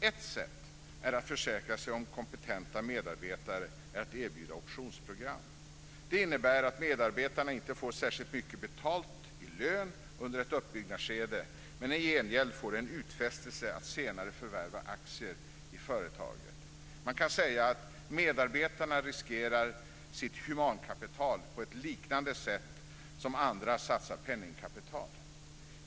Ett sätt att försäkra sig om kompetenta medarbetare är att erbjuda optionsprogram. Det innebär att medarbetarna inte får särskilt mycket betalt i lön under ett uppbyggnadsskede, men i gengäld får en utfästelse att senare förvärva aktier i företaget. Man kan säga att medarbetarna riskerar sitt humankapital på ett liknande sätt som andra satsar penningkapital.